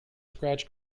scratch